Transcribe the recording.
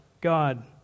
God